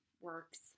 works